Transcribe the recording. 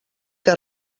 que